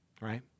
Right